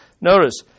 Notice